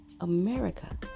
America